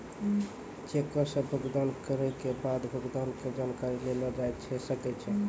चेको से भुगतान करै के बाद भुगतान के जानकारी लेलो जाय सकै छै